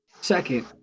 Second